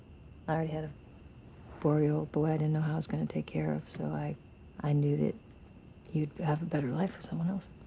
i already had four year old boy i didn't know how i was gonna take care of, so i i knew that you'd have a better life with someone else.